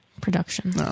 Production